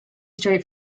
straight